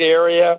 area